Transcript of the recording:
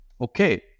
okay